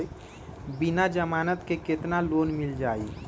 बिना जमानत के केतना लोन मिल जाइ?